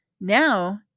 Now